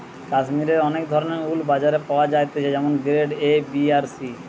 কাশ্মীরের অনেক ধরণের উল বাজারে পাওয়া যাইতেছে যেমন গ্রেড এ, বি আর সি